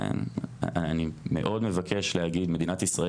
ואני מאוד מבקש להגיד מדינת ישראל